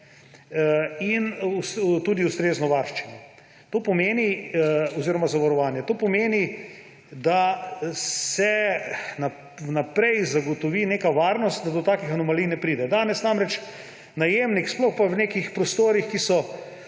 in tudi ustrezno varščino oziroma zavarovanje. To pomeni, da se vnaprej zagotovi neka varnost, da do takih anomalij ne pride. Danes namreč najemnik, sploh pa v nekih prostorih ene